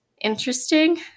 interesting